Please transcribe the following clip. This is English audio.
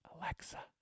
Alexa